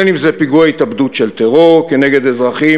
בין אם זה פיגוע התאבדות של טרור כנגד אזרחים,